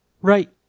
Right